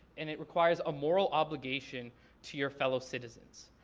and it requires a moral obligation to your fellow citizens.